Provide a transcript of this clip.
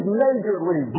majorly